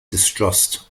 distrust